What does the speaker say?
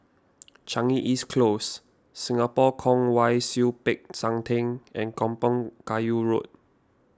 Changi East Close Singapore Kwong Wai Siew Peck San theng and Kampong Kayu Road